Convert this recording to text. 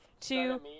two